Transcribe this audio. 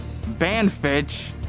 Banfitch